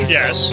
Yes